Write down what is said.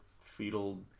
fetal